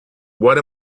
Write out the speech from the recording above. what